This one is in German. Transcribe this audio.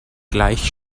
gleich